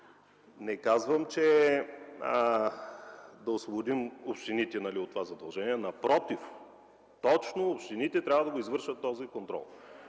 Не казвам да освободим общините от това задължение, напротив – точно общините трябва да извършват този контрол.